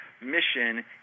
mission